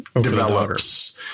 develops